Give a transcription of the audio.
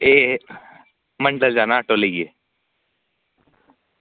एह् मंदर जाना आटा लेइयै